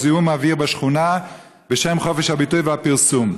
או זיהום אוויר בשכונה בשם חופש הביטוי והפרסום.